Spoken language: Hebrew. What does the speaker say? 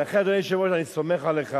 לכן, אדוני היושב-ראש, אני סומך עליך